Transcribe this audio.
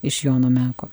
iš jono meko